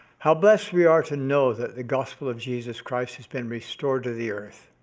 how blessed we are to know that the gospel of jesus christ has been restored to the earth!